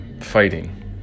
fighting